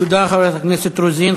תודה, חברת הכנסת רוזין.